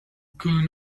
could